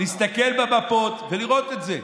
להסתכל במפות ולראות את זה.